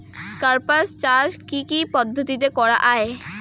কার্পাস চাষ কী কী পদ্ধতিতে করা য়ায়?